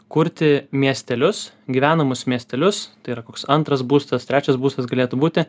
kurti miestelius gyvenamus miestelius tai yra koks antras būstas trečias būstas galėtų būti